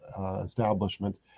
establishment